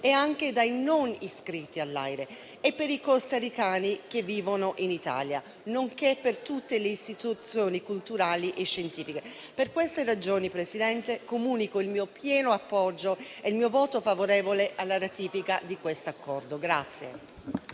e anche dai non iscritti all’AIRE, e per i costaricani che vivono in Italia, nonché per tutte le istituzioni culturali e scientifiche. Per queste ragioni, Presidente, comunico il mio pieno appoggio e il mio voto favorevole alla ratifica di tale Accordo.